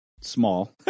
small